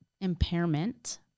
impairment